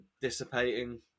dissipating